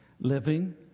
Living